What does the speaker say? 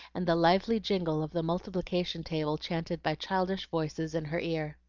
and the lively jingle of the multiplication-table chanted by childish voices in her ear.